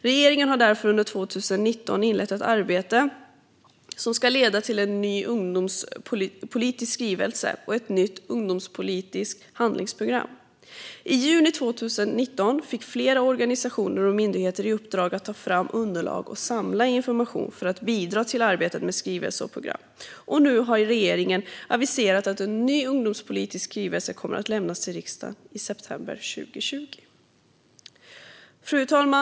Regeringen har därför under 2019 inlett ett arbete som ska leda till en ny ungdomspolitisk skrivelse och ett nytt ungdomspolitiskt handlingsprogram. I juni 2019 fick flera organisationer och myndigheter i uppdrag att ta fram underlag och samla information för att bidra till arbetet med skrivelsen och programmet, och nu har regeringen aviserat att en ny ungdomspolitisk skrivelse kommer att lämnas till riksdagen i september 2020. Fru talman!